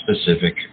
specific